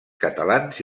catalans